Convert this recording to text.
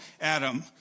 Adam